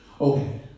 Okay